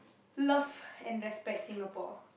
love and respect Singapore